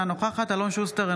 אינה נוכחת אלון שוסטר,